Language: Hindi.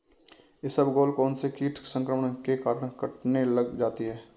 इसबगोल कौनसे कीट संक्रमण के कारण कटने लग जाती है?